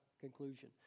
Conclusion